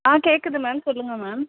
ஆ கேட்குது மேம் சொல்லுங்கள் மேம்